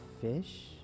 fish